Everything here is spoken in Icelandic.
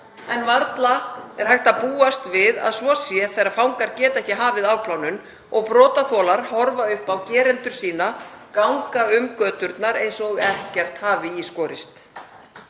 en varla er hægt að búast við að svo sé þegar fangar geta ekki hafið afplánun og brotaþolar horfa upp á gerendur sína ganga um göturnar eins og ekkert hafi í skorist.